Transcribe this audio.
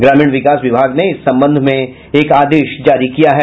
ग्रामीण विकास विभाग ने इस संबंध में एक आदेश जारी किया है